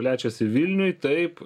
plečiasi vilniuj taip